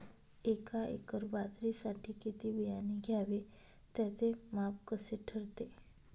एका एकर बाजरीसाठी किती बियाणे घ्यावे? त्याचे माप कसे ठरते?